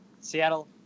Seattle